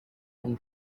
and